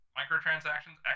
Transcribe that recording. microtransactions